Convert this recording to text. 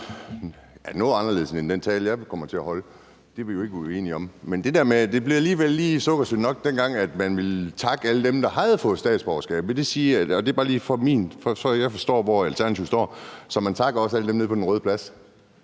noget anderledes end den tale, jeg kommer til at holde. Det er vi ikke uenige om. Men det blev alligevel lige sukkersødt nok, da man ville takke alle dem, der havde fået et statsborgerskab. Vil det sige, og det er bare lige, så jeg forstår, hvor Alternativet står, at man også takker alle dem nede på Den Røde Plads,